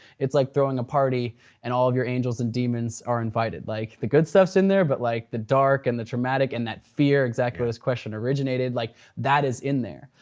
it's like throwing a party and all your angels and demons are invited. like the good stuff's in there, but like the dark, and the traumatic and that fear, exactly where this question originated, like that is in there.